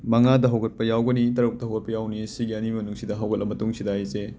ꯃꯪꯉꯥꯗ ꯍꯧꯒꯠꯄ ꯌꯥꯎꯒꯅꯤ ꯇꯔꯨꯛꯇ ꯍꯧꯒꯠꯄ ꯌꯥꯎꯒꯅꯤ ꯁꯤꯒꯤ ꯑꯅꯤ ꯃꯅꯨꯡꯁꯤꯗ ꯍꯧꯒꯠꯂꯕ ꯃꯇꯨꯡꯁꯤꯗ ꯑꯩꯁꯦ